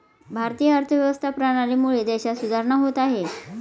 भारतीय अर्थव्यवस्था प्रणालीमुळे देशात सुधारणा होत आहे